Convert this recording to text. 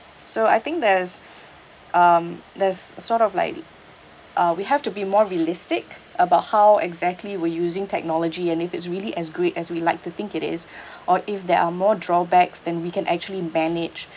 so I think there's um there's sort of like uh we have to be more realistic about how exactly we're using technology and if it's really as great as we like to think it is or if there are more drawbacks than we can actually manage